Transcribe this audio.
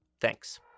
Thanks